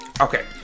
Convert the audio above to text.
okay